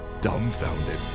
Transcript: dumbfounded